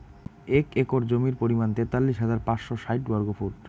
এক একর জমির পরিমাণ তেতাল্লিশ হাজার পাঁচশ ষাইট বর্গফুট